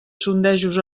sondejos